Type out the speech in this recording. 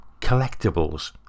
collectibles